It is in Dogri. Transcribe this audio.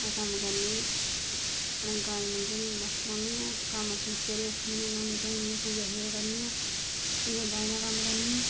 घरा दा कम्म करनी अपनी गाय मंजें च मस्त रौह्नी आं कम्म अपने सवेरे उट्ठनी आं न्हौनी धोन्नी आं पूजा शूजा करनी आं फ्ही में गाय दा कम्म करनी आं